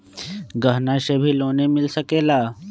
गहना से भी लोने मिल सकेला?